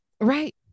right